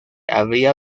habría